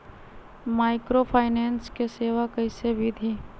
Microfinance के सेवा कइसे विधि?